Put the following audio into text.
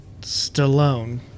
Stallone